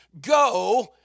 Go